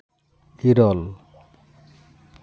ᱤᱨᱟᱹᱞ